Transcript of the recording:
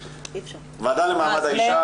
ועדה למעמד האישה,